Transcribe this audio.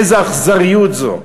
איזו אכזריות זו.